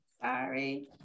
Sorry